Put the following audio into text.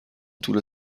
طول